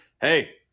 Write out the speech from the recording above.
Hey